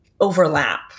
overlap